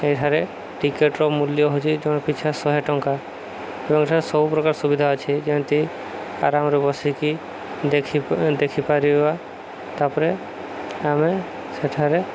ଏଠାରେ ଟିକେଟ୍ର ମୂଲ୍ୟ ହଉଛି ଜଣେ ପିଛା ଶହ ଟଙ୍କା ଏବଂ ଏଠାରେ ସବୁ ପ୍ର୍ରକାର ସୁବିଧା ଅଛି ଯେମିତି ଆରାମରେ ବସିକି ଦେଖି ଦେଖିପାରିବା ତା'ପରେ ଆମେ ସେଠାରେ